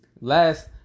last